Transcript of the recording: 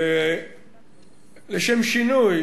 לשם שינוי,